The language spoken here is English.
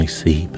see